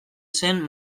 zen